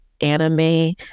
anime